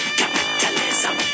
capitalism